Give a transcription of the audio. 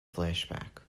flashback